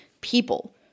people